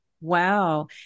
Wow